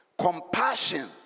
Compassion